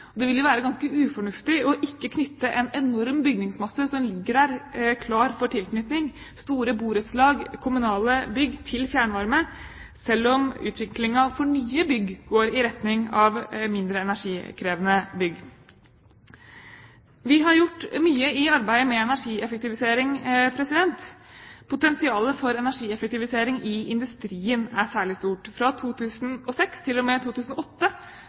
Det ville jo være ganske ufornuftig ikke å knytte en enorm bygningsmasse som ligger der klar for tilknytning, store borettslag og kommunale bygg, til fjernvarme, selv om utviklingen for nye bygg går i retning av mindre energikrevende bygg. Vi har gjort mye i arbeidet med energieffektivisering. Potensialet for energieffektivisering i industrien er særlig stort. Fra 2006 til og med 2008